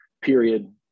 period